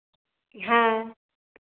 हाँ